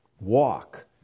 walk